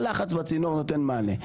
הלחץ בצינור נותן מענה.